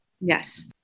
Yes